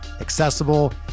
accessible